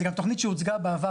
זה גם תוכנית שהוצגה בעבר,